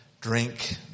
drink